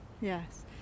Yes